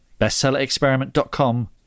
bestsellerexperiment.com